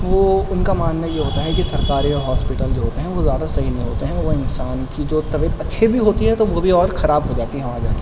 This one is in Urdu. وہ ان کا ماننا یہ ہوتا ہے کہ سرکاری ہاسپٹل جو ہوتے ہیں وہ زیادہ صحیح نہیں ہوتے ہیں وہ انسان کی جو طبیعت اچھی بھی ہوتی ہے تو وہ بھی اور خراب ہو جاتی ہے وہاں جا کے